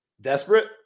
Desperate